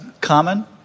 common